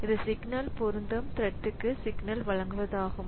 இது சிக்னல் பொருந்தும் த்ரெட்க்கு சிக்னல் வழங்குவதாகும்